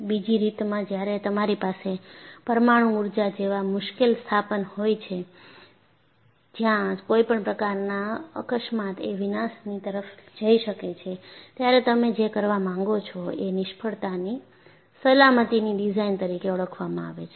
બીજી રીતમાં જ્યારે તમારી પાસે પરમાણુ ઊર્જા જેવા મુશ્કેલ સ્થાપન હોય છે જ્યાં કોઈપણ પ્રકારના અકસ્માત એ વિનાશની તરફ જઈ શકે છે ત્યારે તમે જે કરવા માંગો છો એ નિષ્ફળતાની સલામતીની ડિઝાઇન તરીકે ઓળખવામાં આવે છે